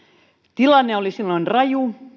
tilanne oli silloin raju